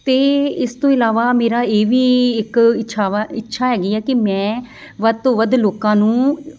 ਅਤੇ ਇਸ ਤੋਂ ਇਲਾਵਾ ਮੇਰਾ ਇਹ ਵੀ ਇੱਕ ਇੱਛਾਵਾਂ ਇੱਛਾ ਹੈਗੀ ਆ ਕਿ ਮੈਂ ਵੱਧ ਤੋਂ ਵੱਧ ਲੋਕਾਂ ਨੂੰ